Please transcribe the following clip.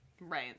Right